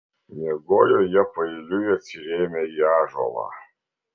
miegojo jie paeiliui atsirėmę į ąžuolą